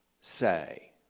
say